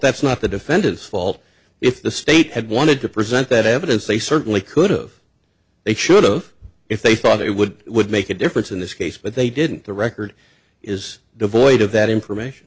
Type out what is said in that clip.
that's not the defendant's fault if the state had wanted to present that evidence they certainly could of they should of if they thought it would would make a difference in this case but they didn't the record is devoid of that information